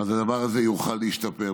אז הדבר הזה יוכל להשתפר.